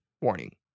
Warning